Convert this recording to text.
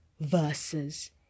verses